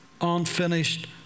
unfinished